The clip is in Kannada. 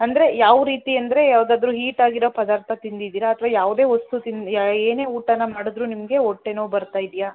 ಅಂದರೆ ಯಾವ ರೀತಿ ಅಂದರೆ ಯಾವುದಾದರು ಹೀಟ್ ಆಗಿರೋ ಪದಾರ್ಥ ತಿಂದಿದ್ದೀರಾ ಅಥವಾ ಯಾವುದೇ ವಸ್ತು ತಿಂದು ಏನೇ ಊಟನ ಮಾಡಿದ್ರೂ ನಿಮಗೆ ಹೊಟ್ಟೆ ನೋವು ಬರ್ತಾ ಇದೆಯಾ ಏನು